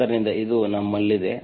ಆದ್ದರಿಂದ ಇದು ನಮ್ಮಲ್ಲಿದೆ